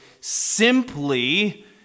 simply